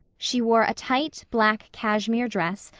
she wore a tight, black, cashmere dress,